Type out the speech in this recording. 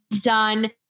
done